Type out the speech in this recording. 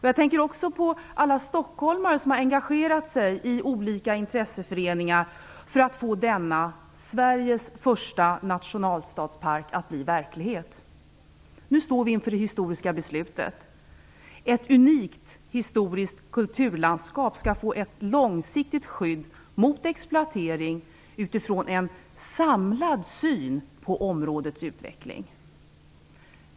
Jag tänker också på alla stockholmare som har engagerat sig i olika intresseföreningar för att få denna Sveriges första nationalstadspark att bli verklighet. Nu står vi inför det historiska beslutet. Ett unikt historiskt kulturlandskap skall få ett långsiktigt skydd mot exploatering utifrån en samlad syn på områdets utveckling.